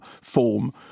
form